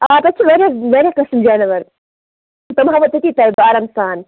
آ تَتہِ چھِ واریاہ واریاہ قٕسمٕکۍ جاناوار تِم ہاوہَو تٔتی تۄہہِ بہٕ آرام سان